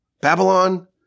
Babylon